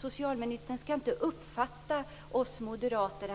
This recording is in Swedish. Socialministern skall inte uppfatta oss moderater